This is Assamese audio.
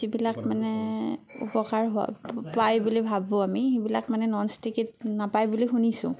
যিবিলাক মানে উপকাৰ হোৱা পাই বুলি ভাবোঁ আমি সেইবিলাক ননষ্টিকিত নাপায় বুলি শুনিছোঁ